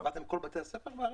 בכל בתי הספר בארץ?